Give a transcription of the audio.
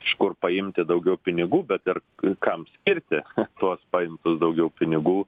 iš kur paimti daugiau pinigų bet ir ir kam skirti tuos paimtus daugiau pinigų